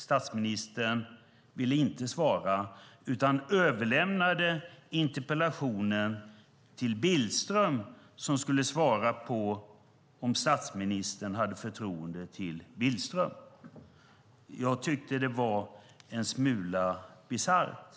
Statsministern ville inte svara utan överlämnade interpellationen till Billström, som skulle svara på om statsministern hade förtroende för Billström. Jag tyckte att det var en smula bisarrt.